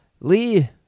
Lee